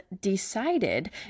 decided